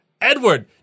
Edward